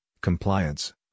compliance